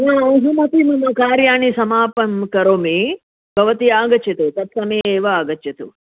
हा अहमपि मम कार्याणि समापनं करोमि भवती आगच्छतु तत्समये एव आगच्छतु